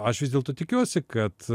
aš vis dėlto tikiuosi kad